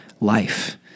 life